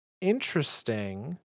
interesting